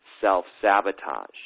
self-sabotage